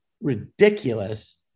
ridiculous